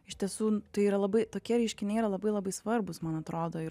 iš tiesų tai yra labai tokie reiškiniai yra labai labai svarbūs man atrodo ir